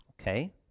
Okay